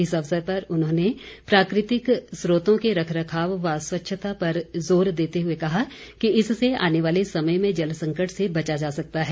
इस अवसर पर उन्होंने प्राकृतिक स्रोतों के रख रखाव व स्वच्छता पर ज़ोर देते हुए कहा कि इससे आने वाले समय में जल संकट से बचा जा सकता है